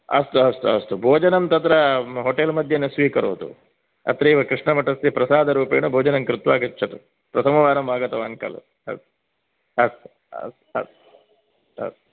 अस्तु अस्तु अस्तु भोजनं तत्र होटेल् मध्ये न स्वीकरोतु अत्रैव कृष्णमठस्य प्रसादरूपेण भोजनं कृत्वा गच्छतु प्रथमवारम् आगतवान् खलु अस्तु अस्तु अस्तु अस्तु अस्तु